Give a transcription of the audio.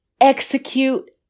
execute